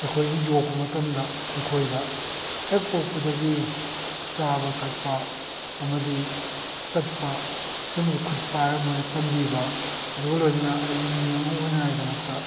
ꯑꯩꯈꯣꯏꯕꯨ ꯌꯣꯛꯄ ꯃꯇꯝꯗ ꯑꯩꯈꯣꯏꯗ ꯍꯦꯛ ꯄꯣꯛꯄꯗꯒꯤ ꯆꯥꯕ ꯊꯛꯄ ꯑꯃꯗꯤ ꯆꯠꯄ ꯁꯤꯒꯨꯝꯕꯁꯤ ꯈꯨꯠ ꯄꯥꯏꯔꯒ ꯃꯣꯏꯅ ꯇꯝꯕꯤꯕ ꯑꯗꯨꯒ ꯂꯣꯏꯅꯅ ꯑꯩꯕꯨ ꯃꯤ ꯑꯃ ꯑꯣꯏꯅꯉꯥꯏꯒꯤꯗꯃꯛꯇ